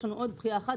יש לנו עוד דחייה אחת,